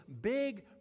big